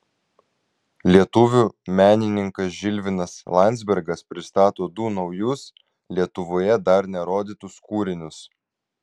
lietuvių menininkas žilvinas landzbergas pristato du naujus lietuvoje dar nerodytus kūrinius